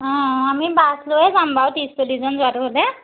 অঁ আমি বাছ লৈয়ে যাম বাৰু ত্ৰিছ চল্লিছজন যোৱাতো হ'লে